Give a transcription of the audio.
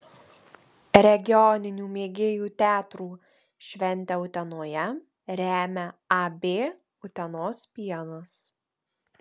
regioninių mėgėjų teatrų šventę utenoje remia ab utenos pienas